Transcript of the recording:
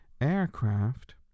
aircraft